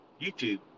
YouTube